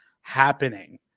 happening